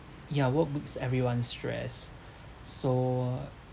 yeah work makes everyone stress so